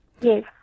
Yes